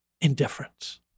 indifference